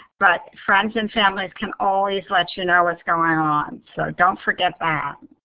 but friends and family can always let you know what's going on, so don't forget that.